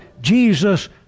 Jesus